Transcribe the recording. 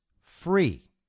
free